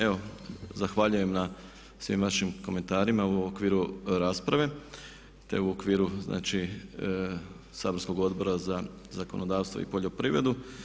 Evo, zahvaljujem na svim vašim komentarima u okviru rasprave te u okviru znači saborskog Odbora za zakonodavstvo i poljoprivredu.